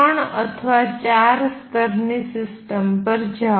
ત્રણ અથવા ચાર સ્તરની સિસ્ટમ પર જાઓ